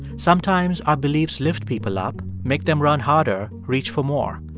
sometimes, our beliefs lift people up make them run harder, reach for more.